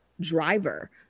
driver